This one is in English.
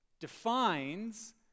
defines